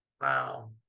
Wow